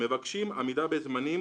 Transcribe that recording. אנו מבקשים עמידה בזמנים